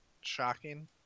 shocking